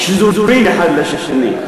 שזורים אחד בשני.